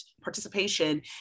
participation